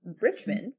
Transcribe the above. Richmond